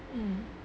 mm